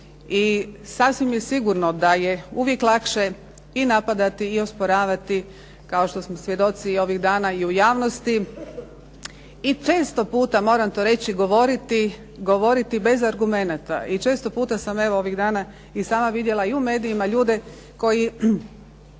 i sasvim je sigurno da je uvijek lakše i napadati i osporavati kao što smo svjedoci i ovih dana i u javnosti, i često puta moram to reći govoriti bez argumenata.I često sam puta evo ovih dana i sama vidjela i u medijima ljude koji